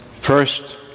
First